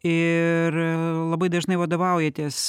ir labai dažnai vadovaujatės